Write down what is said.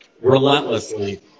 relentlessly